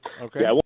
Okay